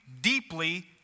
deeply